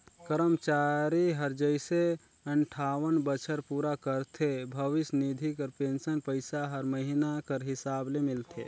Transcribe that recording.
करमचारी हर जइसे अंठावन बछर पूरा करथे भविस निधि कर पेंसन पइसा हर महिना कर हिसाब ले मिलथे